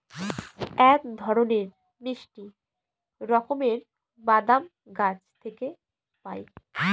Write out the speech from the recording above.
এক ধরনের মিষ্টি রকমের বাদাম গাছ থেকে পায়